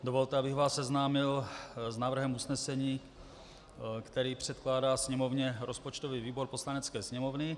Dovolte, abych vás seznámil s návrhem usnesení, který předkládá Sněmovně rozpočtový výbor Poslanecké sněmovny.